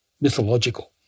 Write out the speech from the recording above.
mythological